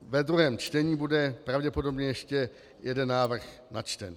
Ve druhém čtení bude pravděpodobně ještě jeden návrh načten.